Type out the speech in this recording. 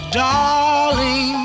darling